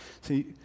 See